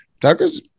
Tucker's